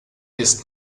ist